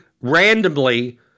Randomly